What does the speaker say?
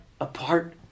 apart